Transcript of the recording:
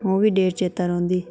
ओह् बी डेट चेता रौंहदी